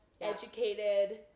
educated